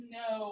no